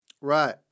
Right